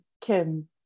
Kim